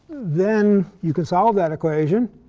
then you can solve that equation.